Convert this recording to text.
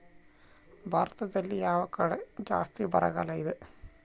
ಭಾರತದಲ್ಲಿ ಯಾವ ಕಡೆ ಜಾಸ್ತಿ ಬರಗಾಲ ಇದೆ?